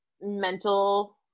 mental